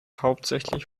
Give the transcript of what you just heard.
hauptsächlich